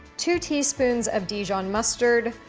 two teaspoons of dijon mustard,